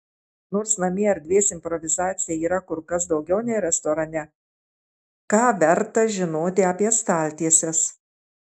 nors namie erdvės improvizacijai yra kur kas daugiau nei restorane ką verta žinoti apie staltieses